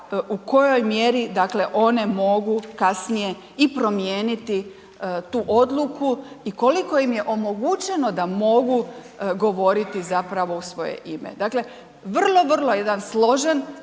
u kojoj mjeri one mogu kasnije i promijeniti tu odluku i koliko im je omogućeno da mogu govoriti zapravo u svoje ime. Dakle, vrlo, vrlo jedan složen